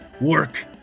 Work